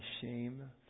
shame